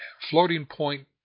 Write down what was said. floating-point